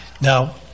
Now